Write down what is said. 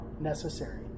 necessary